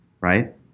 right